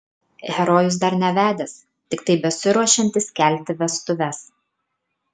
herojus dar nevedęs tiktai besiruošiantis kelti vestuves